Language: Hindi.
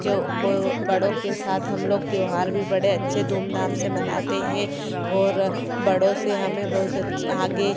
क्यो को बड़ों के साथ हम लोग त्योहार भी बड़े अच्छे धूमधाम से मनाते हैं और बड़ों से हमें बहुत आगे